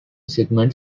segment